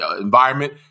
environment